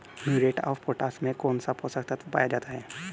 Muriate of potash में कौन सा पोषक तत्व पाया जाता है?